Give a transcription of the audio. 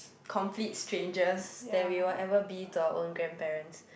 complete strangers than we whatever be to our own grandparents